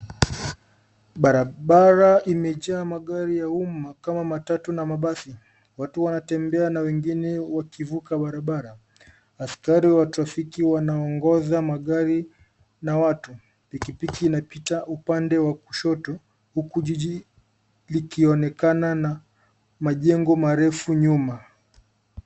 Barabara imejaa magari ya umma kama matatu na mabasi. Watu wanatembea na wengine wakivuka barabara. Askari wa trafiki wanaongoza magari na watu. Pikipiki inapita upande wa kushoto, huku jiji likionekana na majengo marefu nyuma.